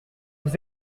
vous